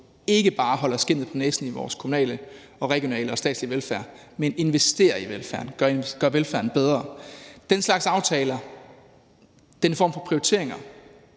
ikke bare holder skindet på næsen i vores kommunale, regionale og statslige velfærd, men investerer i velfærd og gør velfærden bedre. Den slags aftaler, den form for prioriteringer